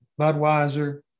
Budweiser